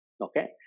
Okay